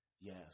Yes